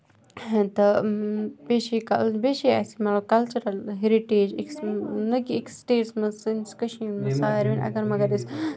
تہٕ بیٚیہِ چھُ یہِ بیٚیہِ چھُ یہِ اَسہِ کَلچوٗرل ہیرِٹیج نہ کہِ أکِس سِٹیجَس منٛز سٲنِس کشمیٖرَس منٛز یِم سارنی مَگر اَگر أسۍ